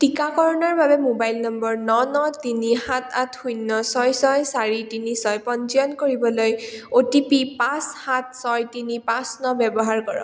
টীকাকৰণৰ বাবে mobile number ন ন তিনি সাত আঠ শূন্য ছয় ছয় চাৰি তিনি ছয় পঞ্জীয়ন কৰিবলৈ অ' টি পি পাঁচ সাত ছয় তিনি পাঁচ ন ব্যৱহাৰ কৰক